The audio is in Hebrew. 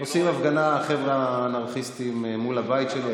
עושים הפגנה, החבר'ה האנרכיסטים, מול הבית שלי.